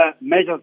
measures